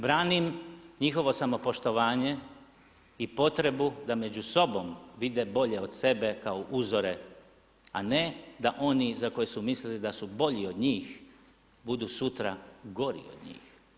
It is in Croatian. Branim njihovo samopoštovanje i potrebu da među sobom vide bolje od sebe kao uzore a ne da oni za koje su mislili da su bolji od njih, budu sutra gori od njih.